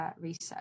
research